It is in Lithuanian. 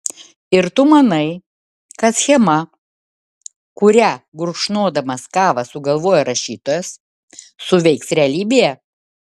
ir tu manai kad schema kurią gurkšnodamas kavą sugalvojo rašytojas suveiks realybėje